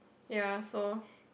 ya so